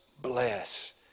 bless